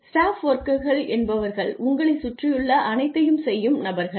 staff வொர்க்கர்கள் என்பவர்கள் உங்களைச் சுற்றியுள்ள அனைத்தையும் செய்யும் நபர்கள்